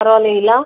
பரவாயில்லைங்களா